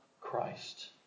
Christ